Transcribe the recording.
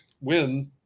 win